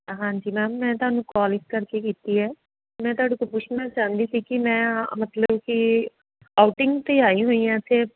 ਹਾਂਜੀ ਮੈਮ ਮੈਂ ਤੁਹਾਨੂੰ ਕੋਲ ਇਸ ਕਰਕੇ ਕੀਤੀ ਹੈ ਮੈਂ ਤੁਹਾਡੇ ਤੋਂ ਪੁੱਛਣਾ ਚਾਹੁੰਦੀ ਸੀ ਕਿ ਮੈਂ ਮਤਲਬ ਕਿ ਆਊਟਿੰਗ 'ਤੇ ਆਈ ਹੋਈ ਹਾਂ ਅਤੇ